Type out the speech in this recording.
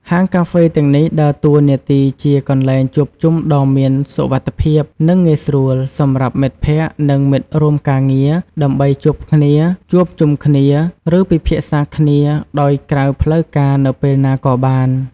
ហាងកាហ្វេទាំងនេះដើរតួនាទីជា កន្លែងជួបជុំដ៏មានសុវត្ថិភាព និងងាយស្រួល សម្រាប់មិត្តភក្តិ និងមិត្តរួមការងារដើម្បីជួបគ្នា ជួបជុំគ្នា ឬពិភាក្សាគ្នាដោយក្រៅផ្លូវការនៅពេលណាក៏បាន។